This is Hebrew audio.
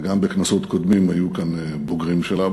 וגם בכנסות קודמות היו כאן בוגרים שלה.